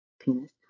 penis